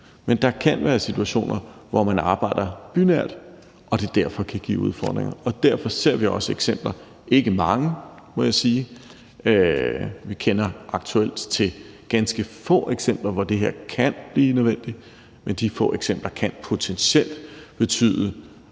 Men der kan være situationer, hvor man arbejder bynært og det derfor kan give udfordringer. Derfor ser vi også eksempler – ikke mange, må jeg sige, vi kender aktuelt til ganske få eksempler, hvor det her kan blive nødvendigt – men de få eksempler kan potentielt betyde